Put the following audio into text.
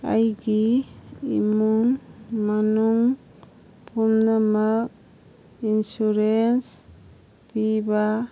ꯑꯩꯒꯤ ꯏꯃꯨꯡ ꯃꯅꯨꯡ ꯄꯨꯝꯅꯃꯛ ꯏꯟꯁꯨꯔꯦꯟꯁ ꯄꯤꯕ